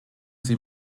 sie